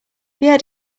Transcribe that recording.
pierre